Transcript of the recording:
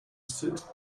sit